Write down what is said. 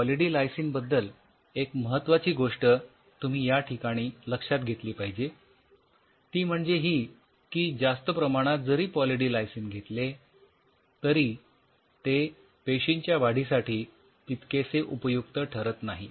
तर poly D lysine बद्दल एक महत्वाची गोष्ट तुम्ही या ठिकाणी लक्षात घेतली पाहिजे ती म्हणजे ही की जास्त प्रमाणात जरी पॉली डी लायसिन घेतले तरी ते पेशींच्या वाढीसाठी तितकेसे उपयुक्त ठरत नाही